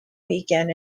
weekend